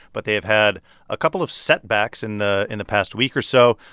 but they've had a couple of setbacks in the in the past week or so.